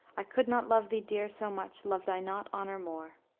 i could not love thee, dear, so much, loved i not honor more.